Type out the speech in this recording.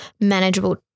manageable